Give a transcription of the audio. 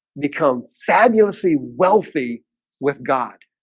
become fabulously wealthy with god